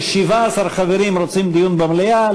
17 חברים רוצים דיון במליאה,